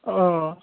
अ